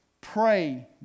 pray